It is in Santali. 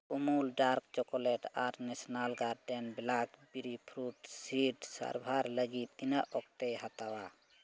ᱟᱢᱩᱞ ᱰᱟᱨᱠ ᱪᱚᱠᱞᱮᱴ ᱟᱨ national gardens blackberry fruit seeds ᱥᱟᱨᱵᱷᱟᱨ ᱞᱟᱹᱜᱤᱫ ᱛᱤᱱᱟᱹᱜ ᱚᱠᱛᱚᱭ ᱦᱟᱛᱟᱣᱟ